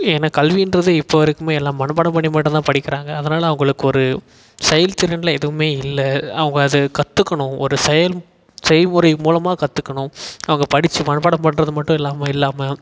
ஏன்னா கல்வின்றது இப்போ வரைக்குமே எல்லாம் மனப்பாடம் பண்ணி மட்டுந்தான் படிக்கிறாங்க அதனால் அவங்களுக்கு ஒரு செயல்திறன்ல எதுவுமே இல்லை அவங்க அதை கற்றுக்கணும் ஒரு செயல் செய்முறை மூலமாக கற்றுக்கணும் அவங்க படித்து மனப்பாடம் பண்ணுறது மட்டும் இல்லாமல் இல்லாமல்